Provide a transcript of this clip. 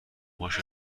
هاشو